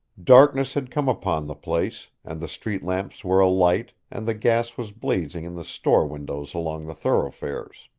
darkness had come upon the place, and the street-lamps were alight and the gas was blazing in the store-windows along the thoroughfares.